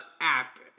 app